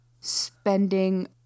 spending